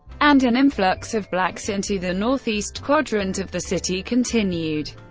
and an influx of blacks into the northeast quadrant of the city continued.